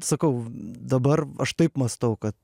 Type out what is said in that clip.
sakau dabar aš taip mąstau kad